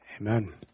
Amen